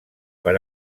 per